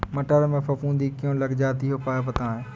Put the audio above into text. मटर में फफूंदी क्यो लग जाती है उपाय बताएं?